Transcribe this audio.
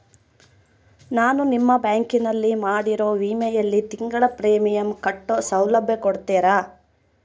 ನಾನು ನಿಮ್ಮ ಬ್ಯಾಂಕಿನಲ್ಲಿ ಮಾಡಿರೋ ವಿಮೆಯಲ್ಲಿ ತಿಂಗಳ ಪ್ರೇಮಿಯಂ ಕಟ್ಟೋ ಸೌಲಭ್ಯ ಕೊಡ್ತೇರಾ?